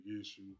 issue